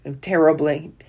terribly